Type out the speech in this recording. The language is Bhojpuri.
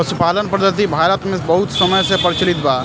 पशुपालन पद्धति भारत मे बहुत समय से प्रचलित बा